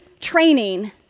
training